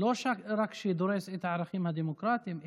לא רק שדורסים את הערכים הדמוקרטיים,